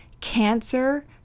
cancer